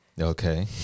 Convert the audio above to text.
Okay